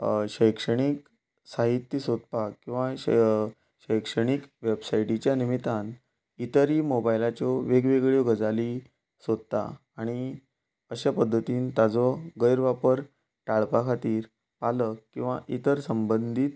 शैक्षणीक साहित्य सोदपाक किंवां शैक्षणीक वेबसायटीच्या निमतान इतरी मोबायलाच्यो वेगवेगळ्यो गजाली सोदता आणी अश्या पद्दतीन ताजो गैर वापर टाळपा खातीर पालक किंवां इतर संबंदीत